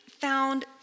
found